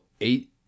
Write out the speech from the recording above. eight